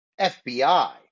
FBI